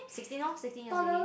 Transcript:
sixteen lor sixteen years ready